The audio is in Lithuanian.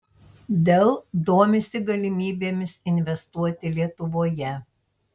dell domisi galimybėmis investuoti lietuvoje